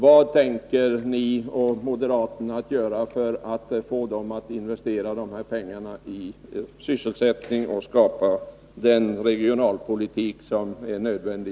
Vad tänker ni och moderaterna göra för att få dem att investera de pengarna i sysselsättning för att skapa den regionalpolitik som är nödvändig?